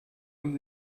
und